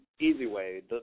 Easyway